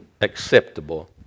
acceptable